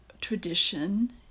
tradition